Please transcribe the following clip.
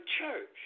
church